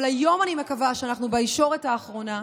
אבל היום אני מקווה שאנחנו בישורת האחרונה,